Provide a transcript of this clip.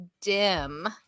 dim